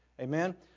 Amen